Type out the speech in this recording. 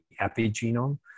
epigenome